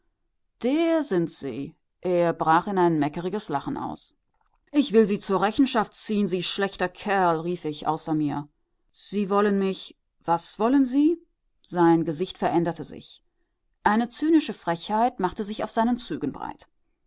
der sind sie er brach in ein meckeriges lachen aus ich will sie zur rechenschaft ziehen sie schlechter kerl rief ich außer mir sie wollen mich was wollen sie sein gesicht veränderte sich eine zynische frechheit machte sich auf seinen zügen breit